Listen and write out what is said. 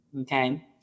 Okay